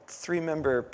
three-member